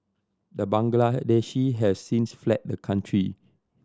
the Bangladeshi has since fled the country